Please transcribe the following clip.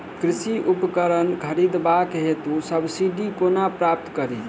कृषि उपकरण खरीदबाक हेतु सब्सिडी कोना प्राप्त कड़ी?